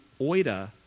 oida